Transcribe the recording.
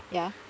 ya